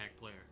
player